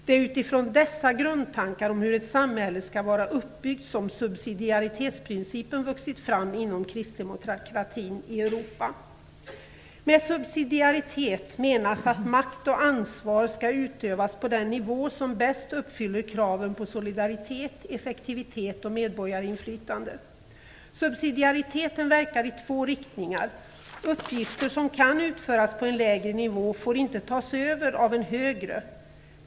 Det är utifrån dessa grundtankar om hur ett samhälle skall vara uppbyggt som subsidiaritetsprincipen vuxit fram inom kristdemokratin i Europa. Med subsidiaritet menas att makt och ansvar skall utövas på den nivå som bäst uppfyller kraven på solidaritet, effektivitet och medborgarinflytande. Subsidiariteten verkar i två riktningar. Uppgifter som kan utföras på en lägre nivå får inte tas över av en högre.